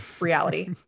reality